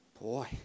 Boy